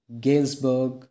Galesburg